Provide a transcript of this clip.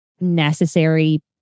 necessary